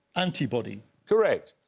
antibody. correct.